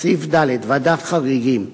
"בסעיף ד, ועדת חריגים: